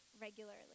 regularly